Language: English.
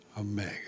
omega